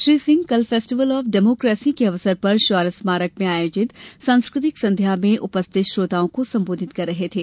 श्री सिंह कल festival of democracy के अवसर पर शौर्य स्मारक में आयोजित सांस्कृतिक संध्या में उपस्थित श्रोताओं को सम्बोधित कर रहे थे